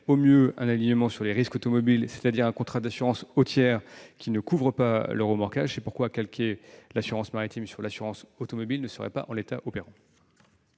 au mieux un alignement sur les risques automobiles, c'est-à-dire un contrat d'assurance au tiers, ne couvrant pas le remorquage. C'est pourquoi calquer l'assurance maritime sur l'assurance automobile ne serait pas opérant.